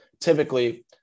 typically